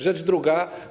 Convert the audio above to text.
Rzecz druga.